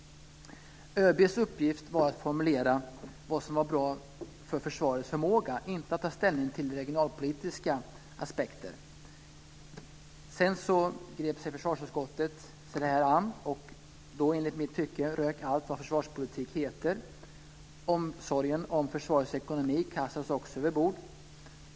ÖB:s uppgift var att formulera vad som var bra för försvarets förmåga, inte att ta ställning till regionalpolitiska aspekter. Sedan grep sig försvarsutskottet an, och då rök enligt mitt tycke allt vad försvarspolitik heter. Omsorgen om försvarets ekonomi kastades också över bord.